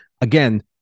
Again